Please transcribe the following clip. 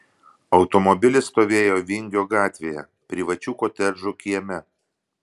automobilis stovėjo vingio gatvėje privačių kotedžų kieme